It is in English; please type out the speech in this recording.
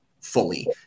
fully